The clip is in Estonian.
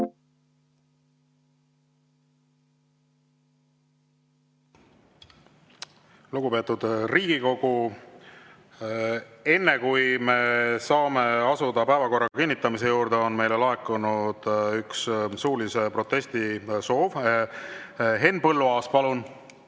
Lugupeetud Riigikogu! Enne kui saame minna päevakorra kinnitamise juurde, on meile laekunud üks suulise protesti soov. Henn Põlluaas, palun!